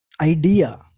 idea